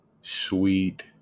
sweet